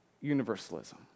universalism